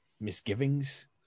misgivings